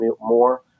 more